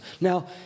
Now